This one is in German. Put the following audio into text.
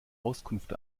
auskunft